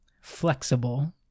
flexible